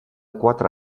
quatre